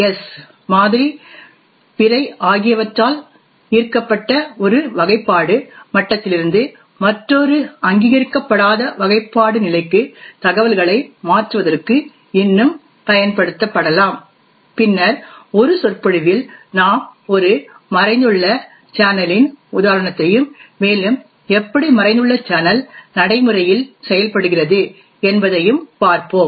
S மாதிரி பிறை ஆகியவற்றால் ஈர்க்கப்பட்ட ஒரு வகைப்பாடு மட்டத்திலிருந்து மற்றொரு அங்கீகரிக்கப்படாத வகைப்பாடு நிலைக்கு தகவல்களை மாற்றுவதற்கு இன்னும் பயன்படுத்தப்படலாம் பின்னர் ஒரு சொற்பொழிவில் நாம் ஒரு மறைந்துள்ள சேனலின் உதாரணத்தையும் மேலும் எப்படி மறைந்துள்ள சேனல் நடைமுறையில் செயல்படுகிறது என்பதையும் பார்ப்போம்